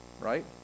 right